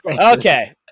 okay